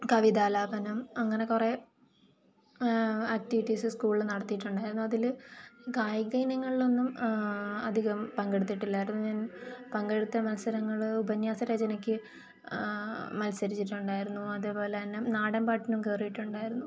കവിതാലാപനം അങ്ങനെ കുറെ ആക്റ്റിവിറ്റീസ്സ് സ്കൂളിൽ നടത്തിയിട്ടുണ്ടായിരുന്നു അതില് കായിക ഇനങ്ങൾലൊന്നും അധികം പങ്കെടുത്തിട്ടില്ലാരുന്നു ഞാൻ പങ്കെടുത്ത മത്സരങ്ങള് ഉപന്ന്യാസ രചനയ്ക്ക് മത്സരിച്ചിട്ടുണ്ടായിരുന്നു അതേപോലെ തന്നെ നാടൻ പാട്ടിനും കയറിയിട്ടുണ്ടായിരുന്നു